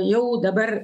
jau dabar